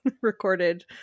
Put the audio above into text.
recorded